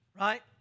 right